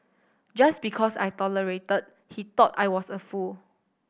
just because I tolerated he thought I was a fool